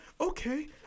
Okay